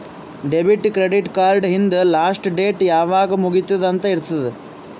debit, credit card ಹಿಂದ್ last date ಯಾವಾಗ್ ಮುಗಿತ್ತುದ್ ಅಂತ್ ಇರ್ತುದ್